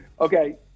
Okay